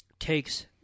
takes